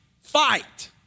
Fight